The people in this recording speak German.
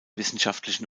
wissenschaftlichen